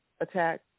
attack